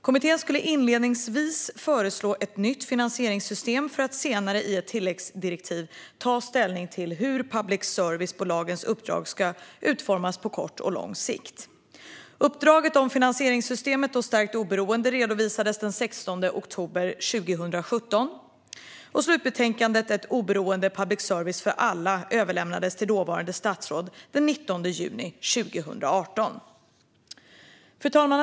Kommittén skulle inledningsvis föreslå ett nytt finansieringssystem, för att senare i ett tilläggsdirektiv ta ställning till hur public service-bolagens uppdrag ska utformas på kort och lång sikt. Uppdraget om finansieringssystemet och stärkt oberoende redovisades den 16 oktober 2017. Slutbetänkandet Ett oberoende public service för alla - nya möjligheter och ökat ansvar överlämnades till dåvarande statsråd den 19 juni 2018. Fru talman!